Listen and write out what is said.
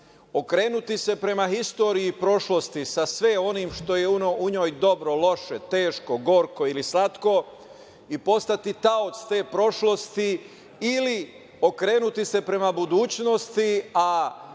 Okrenuti se prema istoriji prošlosti sa sve onim što je u njoj dobro, loše, teško, gorko ili slatko i postati taocem te prošlosti ili okrenuti se prema budućnosti, a